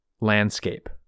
landscape